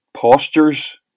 postures